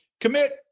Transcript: commit